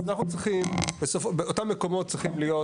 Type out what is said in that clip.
אז אנחנו צריכים, אותם מקומות צריכים להיות,